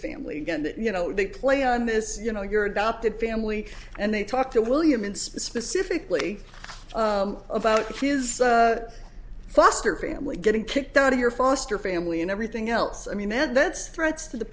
family again that you know they play on this you know your adopted family and they talk to william and specifically about his foster family getting kicked out of your foster family and everything else i mean and that's threats to the